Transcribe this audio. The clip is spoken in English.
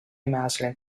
mastered